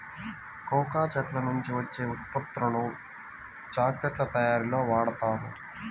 cocoa చెట్ల నుంచి వచ్చే ఉత్పత్తులను చాక్లెట్ల తయారీలో వాడుతారు